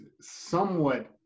somewhat